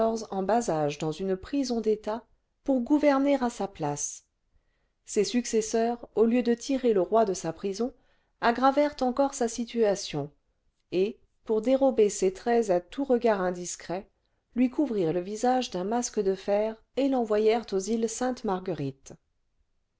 en bas âge dans une prison d'état pour gouverner à sa place ses successeurs au lieu de tirer le roi de sa prison aggravèrent encore sa situation et pour dérober ses traits à tout la confusion archéologique derniers jours de la féodalité a chatou d'après les plus récentes découvertes le vingtième siècle regard indiscret lui couvrirent le visage d'un masque de fer et l'envoyèrent aux îles sainte-marguerite